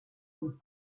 could